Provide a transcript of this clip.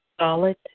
solid